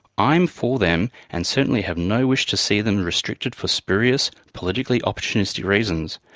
i'm for them and certainly have no wish to see them restricted for spurious, politically opportunistic reasons.